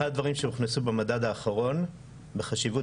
אחד הדברים שהוכנסו במדד האחרון בחשיבות